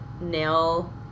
nail